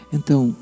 Então